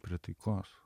prie taikos